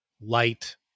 light